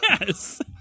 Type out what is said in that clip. Yes